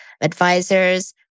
advisors